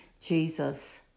Jesus